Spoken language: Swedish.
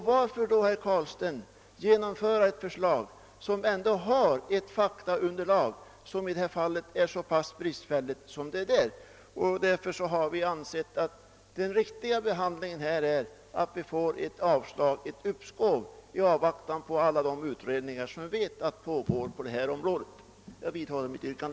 Varför då genomföra ett förslag som bygger på ett så bristfälligt faktaunderlag som detta förslag gör? Vi har ansett den riktiga behandlingsgången vara att besluta om uppskov i avvaktan på alla utredningar som pågår på detta område. Jag vidhåller mitt yrkande.